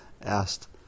asked